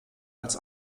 als